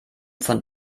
von